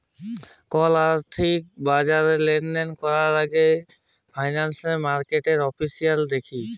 call আথ্থিক বাজারে লেলদেল ক্যরার আগে আমরা ফিল্যালসিয়াল মার্কেটের এফিসিয়াল্সি দ্যাখি